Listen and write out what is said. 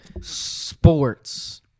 Sports